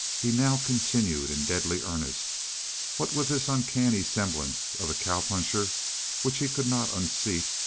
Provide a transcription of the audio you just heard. he now continued in deadly earnest what was this uncanny semblance of a cow-puncher which he could not unseat,